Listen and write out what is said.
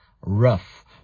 rough